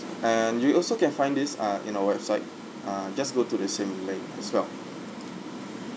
and you also can find this ah in our website ah just go to the same link as well